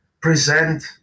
present